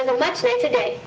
and much nicer day.